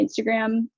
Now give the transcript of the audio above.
Instagram